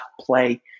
play